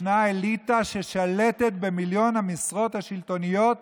אליטה ששולטת במיליון המשרות השלטוניות